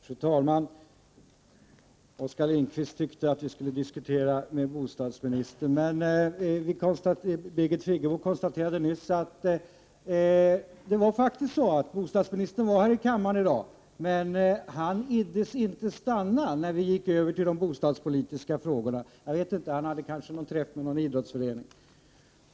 Fru talman! Oskar Lindkvist tyckte att vi skulle diskutera med bostadsministern, men Birgit Friggebo konstaterade nyss att bostadsministern faktiskt varit här i kammaren i dag men att han inte iddes stanna kvar, när vi gick över till att diskutera de bostadspolitiska frågorna. Kanske hade han en träff med någon idrottsförening.